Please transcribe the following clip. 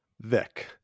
Vic